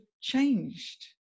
changed